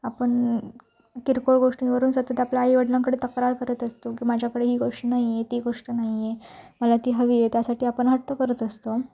आपण किरकोळ गोष्टींवरून सतत आपल्या आईवडिलांकडे तक्रार करत असतो की माझ्याकडे ही गोष्ट नाही आहे ती गोष्ट नाही आहे मला ती हवी आहे त्यासाठी आपण हट्ट करत असतो